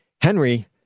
Henry